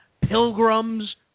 pilgrims